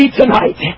tonight